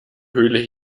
höhle